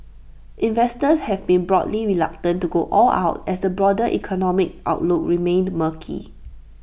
investors have been broadly reluctant to go all out as the broader economic outlook remained murky